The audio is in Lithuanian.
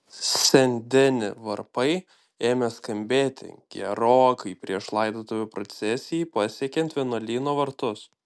sen deni varpai ėmė skambėti gerokai prieš laidotuvių procesijai pasiekiant vienuolyno vartus